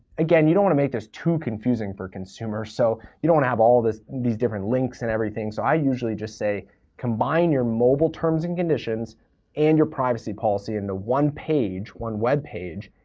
again, you don't wanna make this too confusing for consumers, so you don't wanna have all these different links and everything. so i usually just say combine your mobile terms and conditions and your privacy policy in the one page, one webpage,